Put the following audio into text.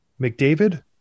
McDavid